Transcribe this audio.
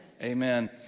Amen